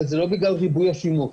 אבל זה לא בגלל ריבוי השימוש.